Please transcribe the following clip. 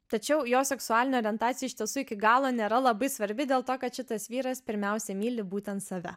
tačiau jo seksualinė orientacija iš tiesų iki galo nėra labai svarbi dėl to kad šitas vyras pirmiausia myli būtent save